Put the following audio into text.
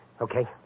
Okay